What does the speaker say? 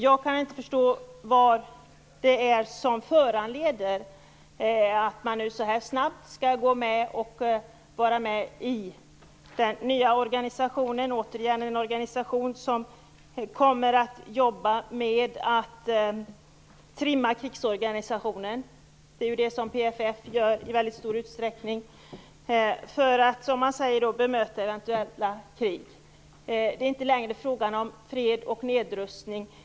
Jag kan inte förstå vad det är som föranleder att man nu så snabbt skall vara med i den nya organisationen. Återigen är det fråga om en sammanslutning som skall trimma krigsorganisationen för att bemöta eventuella krig. Det är ju vad PFF i stor utsträckning gör. Det är inte längre fråga om fred och nedrustning.